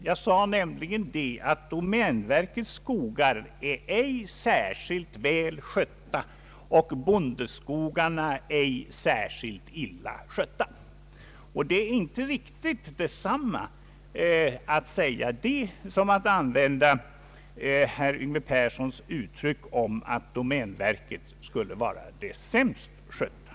Jag sade att domänverkets skogar ej är särskilt väl skötta och att bondeskogarna inte är särskilt illa skötta. Att säga det är inte riktigt detsamma som att använda herr Yngve Perssons uttryck, att domänverkets skogar skulle vara de sämst skötta.